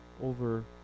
over